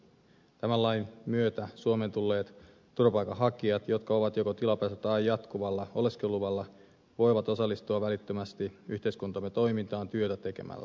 tämän lain myötä suomeen tulleet turvapaikanhakijat jotka ovat joko tilapäisellä tai jatkuvalla oleskeluluvalla voivat osallistua välittömästi yhteiskuntamme toimintaan työtä tekemällä